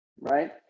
right